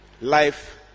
life